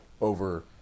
over